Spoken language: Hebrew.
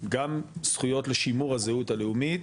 גם זכויות לשימור הזהות הלאומית,